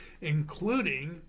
including